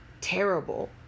terrible